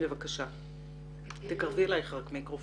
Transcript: תודה רבה.